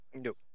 Nope